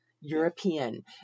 European